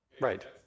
Right